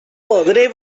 podré